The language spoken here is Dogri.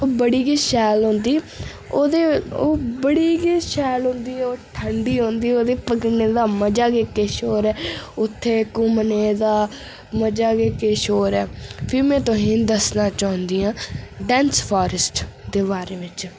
ओह् बड़ी गै शैल होंदी ओह्दे ओ बड़ी गै शैल होंदी ओ ठंडी होंदी ओह्दे पकड़ने दा मजा गै किश और ऐ उत्थै घुम्मने दा मजा गै किश और ऐ फ्ही में तुसें दस्सना चांह्दी आं डेन्स फारैस्ट दे बारे बिच